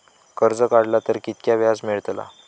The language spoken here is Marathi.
कर्ज काडला तर कीतक्या व्याज मेळतला?